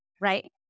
Right